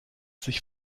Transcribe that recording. sich